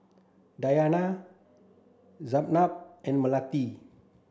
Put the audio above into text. Dayana Zaynab and Melati